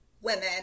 women